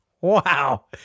Wow